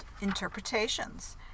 Interpretations